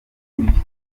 bifitanye